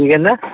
ਕੀ ਕਹਿੰਦਾ